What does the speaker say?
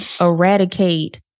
eradicate